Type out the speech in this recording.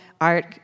art